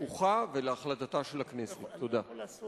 לפיקוחה ולהחלטתה של הכנסת.